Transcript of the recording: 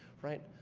right?